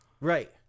Right